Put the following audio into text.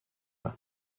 کنم